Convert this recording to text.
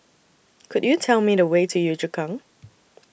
Could YOU Tell Me The Way to Yio Chu Kang